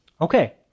Okay